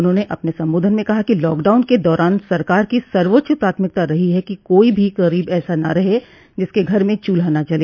उन्होंने अपने संबोधन में कहा कि लॉकडाउन के दौरान सरकार की सर्वोच्च प्राथमिकता रही है कि कोई भी गरीब ऐसा न रहे जिसके घर में चूल्हा न जले